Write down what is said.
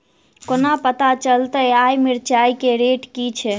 कोना पत्ता चलतै आय मिर्चाय केँ रेट की छै?